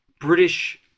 British